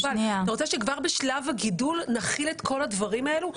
אתה רוצה שכבר בשלב הגידול נחיל את כל הדברים האלה?